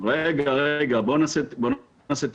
רגע, רגע, בואו נעשה תיקון.